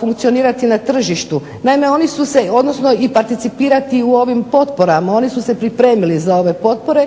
funkcionirati na tržištu. Naime, oni su se, odnosno i participirati u ovim potporama. Oni su se pripremili za ove potpore